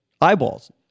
eyeballs